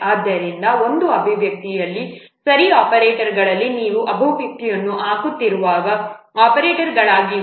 ಆದ್ದರಿಂದ ಒಂದು ಅಭಿವ್ಯಕ್ತಿಯಲ್ಲಿ ಸರಿ ಆಪರೇಟರ್ಗಳಲ್ಲಿ ನೀವು ಅಭಿವ್ಯಕ್ತಿಯನ್ನು ಹಾಕುತ್ತಿರುವಾಗ ಆಪರೇಟರ್ಗಳಾಗಿವೆ